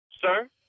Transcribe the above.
Sir